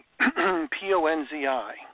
P-O-N-Z-I